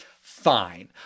Fine